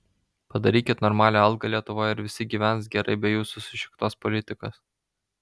padarykit normalią algą lietuvoj ir visi gyvens gerai be jūsų sušiktos politikos